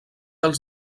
els